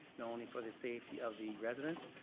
not only for the safety of the residents,